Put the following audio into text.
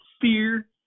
fear